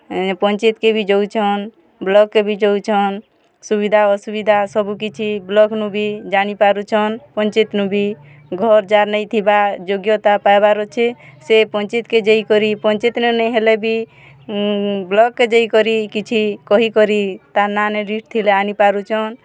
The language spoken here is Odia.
ପଞ୍ଚାୟତ୍କେ ବି ଯଉଛନ୍ ବ୍ଲକ୍କେ ବି ଯଉଛନ୍ ସୁବିଧା ଅସୁବିଧା ସବୁକିଛି ବ୍ଳକ୍ନୁ ବି ଜାଣି ପାରୁଛନ୍ ପଞ୍ଚାୟତ୍ନୁ ବି ଘର୍ ଯାହାର୍ ନେଇଥିବା ଯୋଗ୍ୟତା ପାଏବାର୍ ଅଛେ ସେ ପଞ୍ଚାୟତ୍କେ ଯାଇକରି ସେ ପଞ୍ଚାୟତ ନେ ନେଇଁ ହେଲେ ବି ବ୍ଲକ୍କେ ଯାଇକରି କିଛି କହିକରି ତାର୍ ନାଁନେ ଲିଷ୍ଟ୍ ଥିଲେ ଆନି ପାରୁଛନ୍